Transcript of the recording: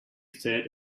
said